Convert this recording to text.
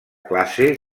classe